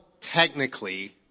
technically